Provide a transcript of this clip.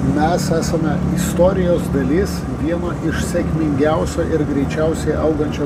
mes esame istorijos dalis vieno iš sėkmingiausio ir greičiausiai augančio